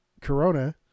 corona